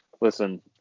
Listen